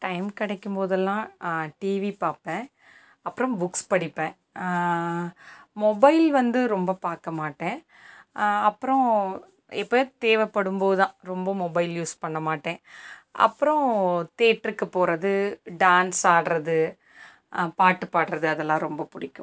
time கிடைக்கும் போதெல்லாம் TV பார்ப்பேன் அப்புறம் புக்ஸ் படிப்பேன் மொபைல் வந்து ரொம்ப பார்க்க மாட்டேன் அப்புறம் எப்போயாது தேவைப்படும் போது தான் ரொம்ப மொபைல் யூஸ் பண்ணமாட்டேன் அப்புறம் தேட்டருக்கு போகிறது டான்ஸ் ஆடுகிறது பாட்டு பாடுகிறது அதெல்லாம் ரொம்ப பிடிக்கும்